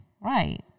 right